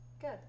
Good